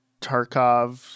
Tarkov